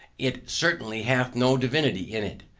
it certainly hath no divinity in it.